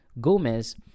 Gomez